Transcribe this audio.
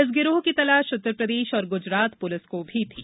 इस गिरोह की तलाश उत्तरप्रदेश और गुजरात पुलिस को भी थी